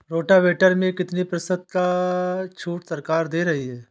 Rotavator में कितनी प्रतिशत का छूट सरकार दे रही है?